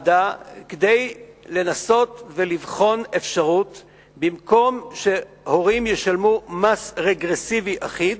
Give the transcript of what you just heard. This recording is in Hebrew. כדי לנסות ולבחון אפשרות שבמקום שהורים ישלמו מס רגרסיבי אחיד,